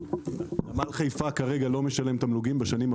נמל חיפה כרגע לא משלם תמלוגים בשנים הקרובות.